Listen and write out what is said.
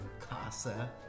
Casa